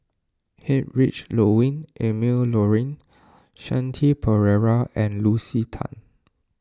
Heinrich Ludwig Emil Luering Shanti Pereira and Lucy Tan